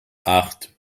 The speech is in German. acht